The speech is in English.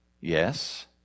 Yes